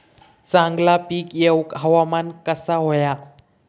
चांगला पीक येऊक हवामान कसा होया?